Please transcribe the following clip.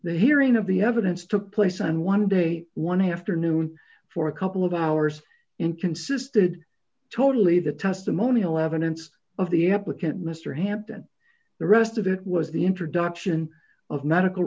the hearing of the evidence took place on one day one half to noon for a couple of hours in consisted totally the testimonial evidence of the applicant mr hampton the rest of it was the introduction of medical